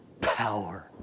power